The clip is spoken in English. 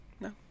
No